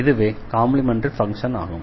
இதுவே complementary function ஆகும்